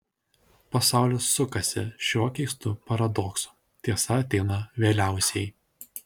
pasaulis sukasi šiuo keistu paradoksu tiesa ateina vėliausiai